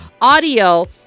audio